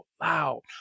loud